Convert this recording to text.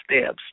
steps